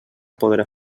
podrà